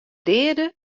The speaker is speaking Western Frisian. deade